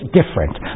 different